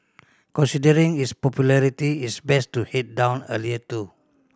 considering its popularity it's best to head down earlier too